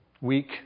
Weak